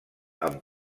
amb